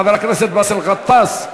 חבר הכנסת באסל גטאס,